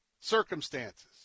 circumstances